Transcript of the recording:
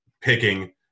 picking